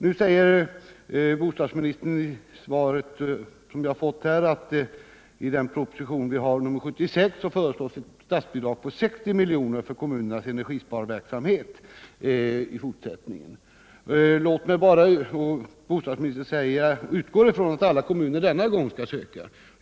Nu säger bostadsministern i svaret att i proposition nr 76 föreslås ett statsbidrag på 60 milj.kr. för kommunernas energisparverksamhet i fortsättningen. Bostadsministern säger vidare att hon utgår från att alla kommuner denna gång skall söka.